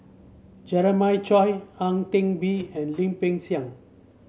Jeremiah Choy Ang Teck Bee and Lim Peng Siang